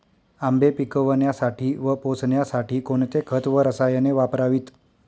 आंबे पिकवण्यासाठी व पोसण्यासाठी कोणते खत व रसायने वापरावीत?